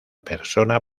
persona